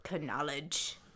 Knowledge